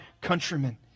countrymen